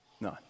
None